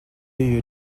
you